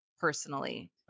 personally